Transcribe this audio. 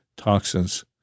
toxins